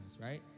right